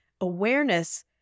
Awareness